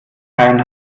kein